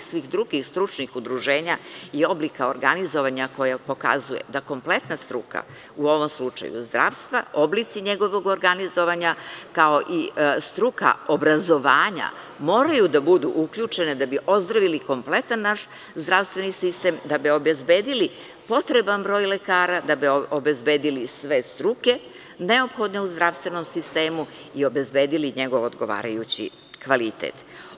svih drugih stručnih udruženja i oblika organizovanja koji pokazuju da kompletna struka, u ovom slučaju zdravstva, oblici njegovog organizovanja, kao i struka obrazovanja moraju da budu uključene da bi ozdravili kompletan naš zdravstveni sistem, da bi obezbedili potreba broj lekara, da bi obezbedili sve struke neophodne u zdravstvenom sistemu i obezbedili njegov odgovarajući kvalitet.